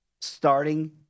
starting